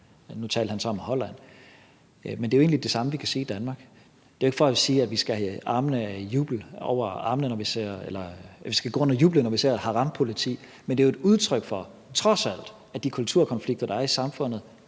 Nu talte han så om Holland, men det er jo egentlig det samme, vi kan sige i Danmark. Det er ikke for at sige, at vi skal have armene over hovedet i jubel, når vi ser et harampoliti, men det er jo trods alt et udtryk for, at de kulturkonflikter, der er i samfundet,